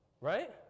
right